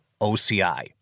OCI